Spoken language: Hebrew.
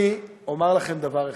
אני אומר לכם דבר אחד: